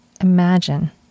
imagine